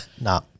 No